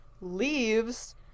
leaves